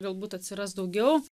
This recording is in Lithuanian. galbūt atsiras daugiau